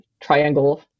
triangle